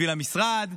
בשביל המשרד,